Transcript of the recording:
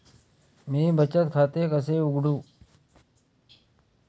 मी बचत खाते कसे उघडू?